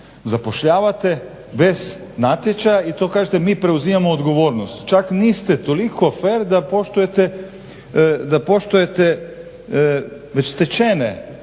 Zapošljavate bez natječaja i to kažete mi preuzimamo odgovornost, čak niste toliko fer da poštujete već stečene